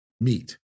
meat